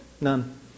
None